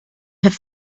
have